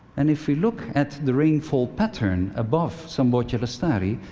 and if we look at the rainfall pattern above samboja lestari,